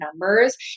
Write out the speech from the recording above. numbers